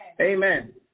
Amen